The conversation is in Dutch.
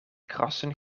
krassen